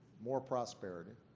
more prosperity.